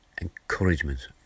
encouragement